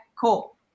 cool